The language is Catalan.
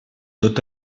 tot